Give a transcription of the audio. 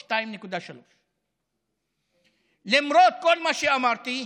2.3%. למרות כל מה שאמרתי,